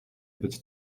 być